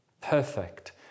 perfect